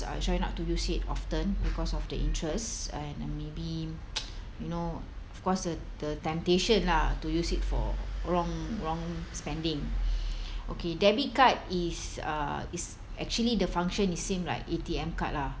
I try not to use it often because of the interest and maybe you know of course the the temptation lah to use it for wrong wrong spending okay debit card is uh is actually the function is same like A_T_M card lah